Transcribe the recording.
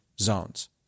zones